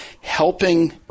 helping